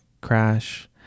crash